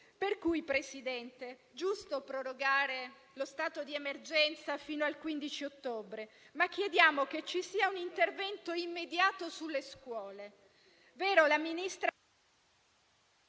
signor Presidente, è giusto prorogare lo stato di emergenza fino al 15 ottobre, ma chiediamo che ci sia un intervento immediato sulle scuole.